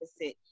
opposite